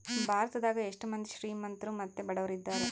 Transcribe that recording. ಭಾರತದಗ ಎಷ್ಟ ಮಂದಿ ಶ್ರೀಮಂತ್ರು ಮತ್ತೆ ಬಡವರಿದ್ದಾರೆ?